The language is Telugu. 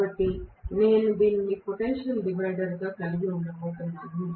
కాబట్టి నేను దీనిని పొటెన్షియల్ డివైడర్గా కలిగి ఉండబోతున్నాను